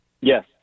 Yes